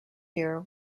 here